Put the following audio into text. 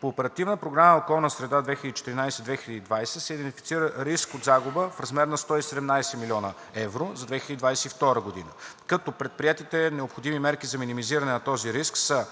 По Оперативна програма „Околна среда“ 2014 – 2020 се идентифицира риск от загуба в размер на 117 млн. евро за 2022 г., като предприетите необходими мерки за минимизиране на този риск са: